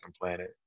planet